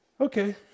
Okay